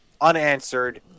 unanswered